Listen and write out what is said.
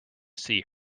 see